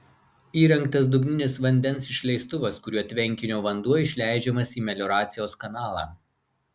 įrengtas dugninis vandens išleistuvas kuriuo tvenkinio vanduo išleidžiamas į melioracijos kanalą